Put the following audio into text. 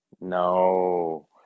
No